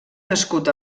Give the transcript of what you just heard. nascut